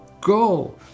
Go